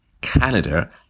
Canada